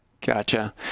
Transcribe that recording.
Gotcha